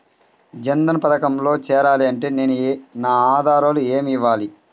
జన్ధన్ పథకంలో చేరాలి అంటే నేను నా ఆధారాలు ఏమి ఇవ్వాలి?